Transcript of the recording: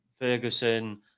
Ferguson